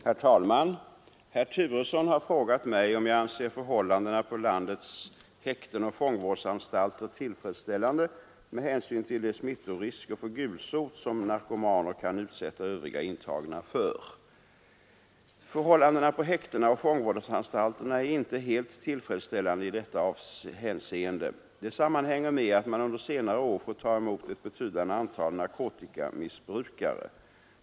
Herr talman! Herr Turesson har frågat mig om jag anser förhållandena på landets häkten och fångvårdsanstalter tillfredsställande med hänsyn till de smittorisker för gulsot, som narkomaner kan utsätta övriga intagna för. Förhållandena på häktena och fångvårdsanstalterna är inte helt tillfredsställande i detta hänseende. Det sammanhänger med att man under senare år fått ta emot ett betydande antal narkotikamissbrukare.